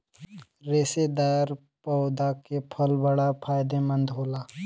रेशेदार पौधा के फल बड़ा फायदेमंद होला